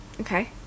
Okay